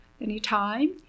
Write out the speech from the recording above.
anytime